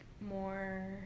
more